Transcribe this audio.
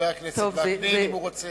חבר הכנסת וקנין, אם הוא רוצה.